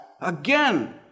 Again